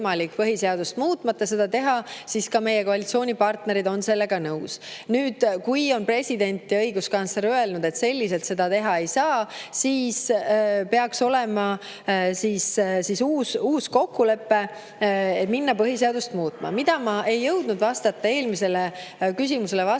põhiseadust muutmata seda teha, siis on meie koalitsioonipartnerid sellega nõus. Kui president ja õiguskantsler on öelnud, et selliselt seda teha ei saa, siis peaks olema uus kokkulepe, et hakata põhiseadust muutma. Ma ei jõudnud eelmisele küsimusele vastates